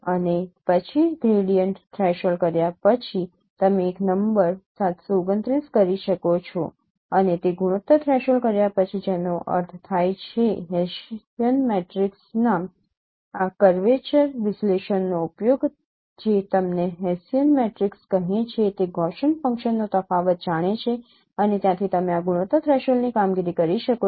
અને પછી gradient threshold કર્યા પછી તમે એક નંબર ૭૨૯ કરી શકો છો અને પછી તે ગુણોત્તર થ્રેશોલ્ડ કર્યા પછી જેનો અર્થ થાય છે હેસીયન મેટ્રિક્સના આ કર્વેચર વિશ્લેષણનો ઉપયોગ જે તમને હેસીયન મેટ્રિક્સ કહે છે તે ગૌસીયન ફંક્શનનો તફાવત જાણે છે અને ત્યાંથી તમે આ ગુણોત્તર થ્રેશોલ્ડની કામગીરી કરી શકો છો